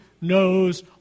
knows